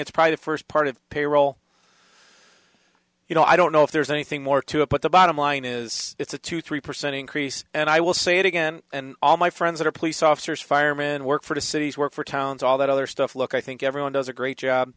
it's probably the first part of payroll you know i don't know if there's anything more to it but the bottom line is it's a two three percent increase and i will say it again and all my friends that are police officers firemen work for the city's work for towns all that other stuff look i think everyone does a great job